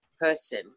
person